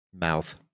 mouth